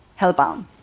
hellbound